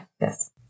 yes